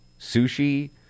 sushi